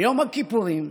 ביום הכיפורים,